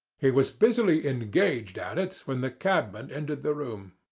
he was busily engaged at it when the cabman entered the room.